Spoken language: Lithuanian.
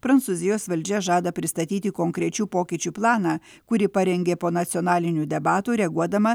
prancūzijos valdžia žada pristatyti konkrečių pokyčių planą kurį parengė po nacionalinių debatų reaguodama